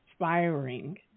inspiring